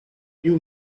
you